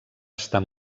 estar